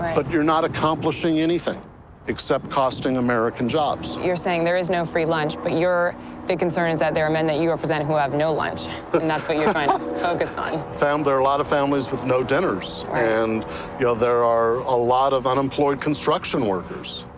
but you're not accomplishing anything except costing american jobs. you're saying there is no free lunch, but your big concern is that there are men that you represent who have no lunch, but and that's what you're trying to focus on. there are a lot of families with no dinners. right. and you know there are a lot of unemployed construction workers.